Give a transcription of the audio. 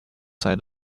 side